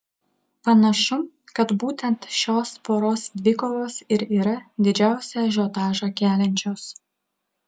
panašu kad būtent šios poros dvikovos ir yra didžiausią ažiotažą keliančios